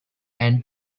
and